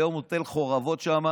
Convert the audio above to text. היום הוא תל חורבות שם,